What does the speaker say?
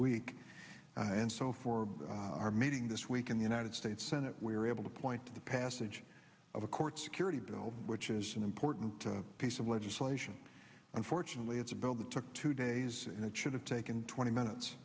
week and so for our meeting this week in the united states senate we were able to point to the passage of a court security bill which is an important piece of legislation unfortunately it's about the took two days and it should have taken twenty